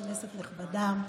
כנסת נכבדה,